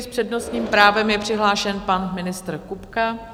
S přednostním právem je přihlášen pan ministr Kupka.